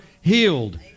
healed